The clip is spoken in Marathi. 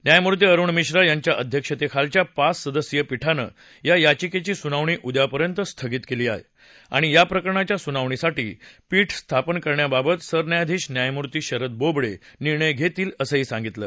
न्यायमूर्ती अरुण मिश्रा यांच्या अध्यक्षतेखालच्या पाच सदस्यीय पीठानं या याचिकेची सुनावणी उद्यापर्यंत स्थगित केली आणि याप्रकरणाच्या सुनावणीसाठी पीठ स्थापन करण्याबाबत सरन्यायाधीश न्यायमूर्ती शरद बोबडे निर्णय घेतील असं सांगितलं